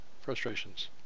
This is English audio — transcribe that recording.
frustrations